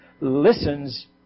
listens